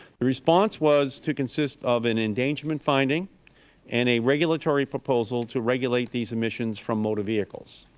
the response was to consist of an endangerment finding and a regulatory proposal to regulate these emissions from motor vehicles.